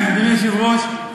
אדוני היושב-ראש,